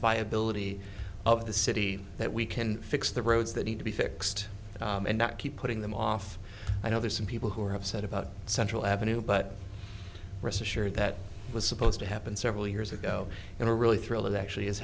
viability of the city that we can fix the roads that need to be fixed and not keep putting them off i know there's some people who are upset about central avenue but rest assured that was supposed to happen several years ago and a really thrilling actually is